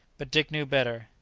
but dick knew better.